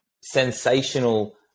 sensational